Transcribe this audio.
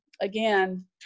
again